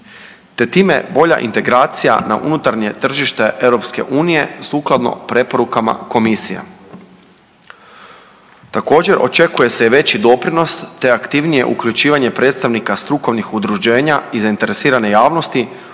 te time bolja integracija na unutarnje tržište EU sukladno preporukama komisija. Također, očekuje se i veći doprinos te aktivnije uključivanje predstavnika strukovnih udruženja i zainteresirane javnosti